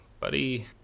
buddy